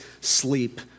sleep